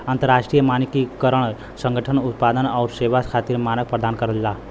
अंतरराष्ट्रीय मानकीकरण संगठन उत्पाद आउर सेवा खातिर मानक प्रदान करला